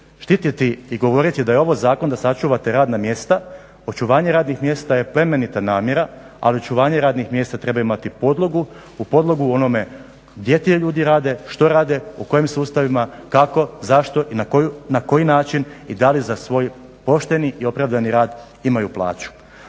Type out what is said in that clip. Štititi i govoriti da je ovo Zakon da sačuvate radna mjesta, očuvanje radnih mjesta je plemenita namjera ali očuvanje radnih mjesta treba imati podlogu, podlogu u onome gdje ti ljudi rade, što rade, u kojim sustavima, kako, zašto i na koji način i da li za svoj pošteni i opravdani rad imaju plaću.